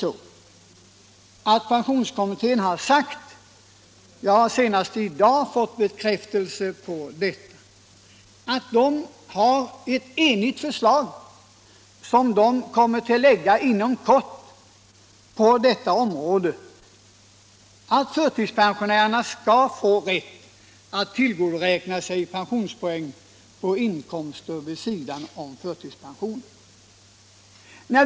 Nu har pensionskommittén faktiskt sagt — jag har senast i dag fått bekräftelse på detta — att den inom kort kommer att lägga fram ett enhälligt förslag om att förtidspensionärerna skall få rätt att tillgodoräkna sig pensionspoäng för inkomster vid sidan om förtidspensionen.